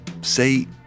say